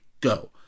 go